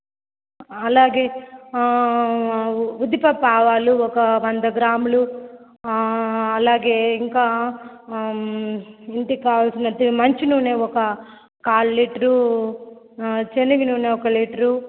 అలాగే ఉద్దీపప్పు ఆవాలు ఒక వంద గ్రాములు అలాగే ఇంకా ఇంటికి కావాల్సినవి మంచి నూనె ఒక కాల్ లీటరు శెనగ నూనె ఒక లీటరు